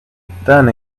tan